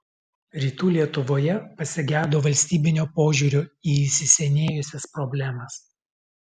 rytų lietuvoje pasigedo valstybinio požiūrio į įsisenėjusias problemas